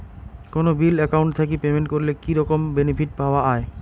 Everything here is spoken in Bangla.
কোনো বিল একাউন্ট থাকি পেমেন্ট করলে কি রকম বেনিফিট পাওয়া য়ায়?